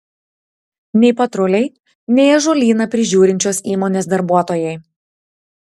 nei patruliai nei ąžuolyną prižiūrinčios įmonės darbuotojai